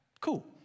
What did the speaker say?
Cool